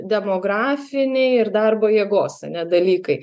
demografiniai ir darbo jėgos ane dalykai